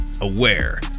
aware